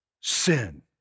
sin